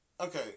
Okay